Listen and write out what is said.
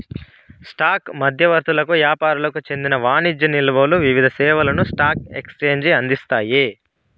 stock మధ్యవర్తులకు యాపారులకు చెందిన వాణిజ్య నిల్వలు వివిధ సేవలను స్పాక్ ఎక్సేంజికి అందిస్తాయి